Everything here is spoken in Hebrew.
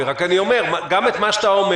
את ה-30%,